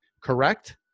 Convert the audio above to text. Correct